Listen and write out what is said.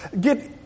get